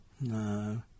No